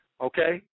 Okay